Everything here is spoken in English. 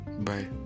Bye